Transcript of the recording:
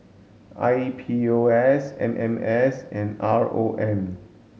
I P O S M M S and R O M